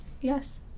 Yes